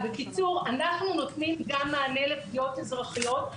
בקיצור, אנחנו נותנים גם מענה לפניות אזרחיות.